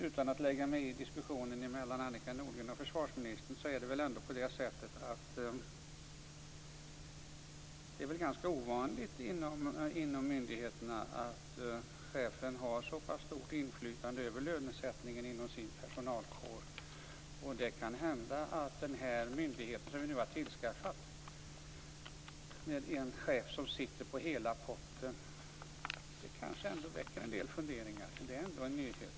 Utan att lägga mig i diskussionen mellan Annika Nordgren och försvarsministern vill jag säga att det väl ändå är ganska ovanligt inom myndigheterna att chefen har så pass stort inflytande över lönesättningen inom sin personalkår. Det kan hända att den myndighet som vi nu har tillskapat, med en chef som sitter på hela potten, kanske väcker en del funderingar. Det är ändå en nyhet.